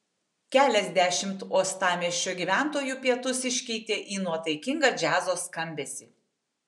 keliasdešimt uostamiesčio gyventojų pietus iškeitė į nuotaikingą džiazo skambesį